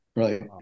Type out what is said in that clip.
Right